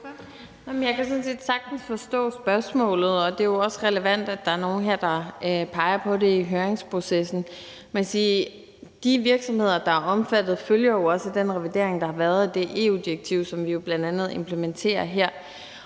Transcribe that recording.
set sagtens forstå spørgsmålet, og det er jo også relevant, at der er nogle, der peger på det i høringsprocessen. Man kan sige, at de virksomheder, der er omfattet, jo også følger den revidering, der har været. Det er EU-direktivet, som vi jo bl.a. implementerer her.